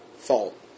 fault